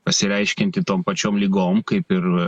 pasireiškianti tom pačiom ligom kaip ir